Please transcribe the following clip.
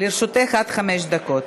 לרשותך עד חמש דקות.